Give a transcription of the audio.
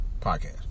podcast